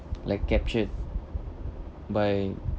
like captured by